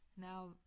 Now